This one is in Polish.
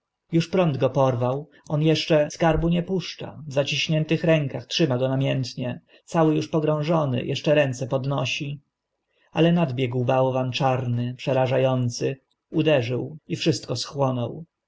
uż prąd go porwał on eszcze skarbu nie puszcza w zaciśniętych rękach trzyma go namiętnie cały uż pogrążony eszcze ręce podnosi aż nadbiegł bałwan czarny przeraża ący uderzył i wszystko schłonął